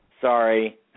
Sorry